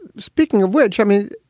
speaking of which, i mean,